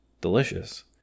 delicious